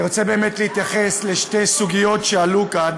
אני רוצה באמת להתייחס לשתי סוגיות שעלו כאן.